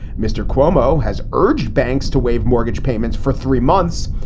mr. cuomo has urged banks to waive mortgage payments for three months,